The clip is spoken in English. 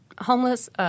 Homeless –